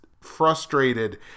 frustrated